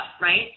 right